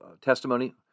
testimony